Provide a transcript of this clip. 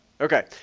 Okay